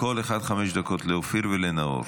לכל אחד חמש דקות, לאופיר ולנאור.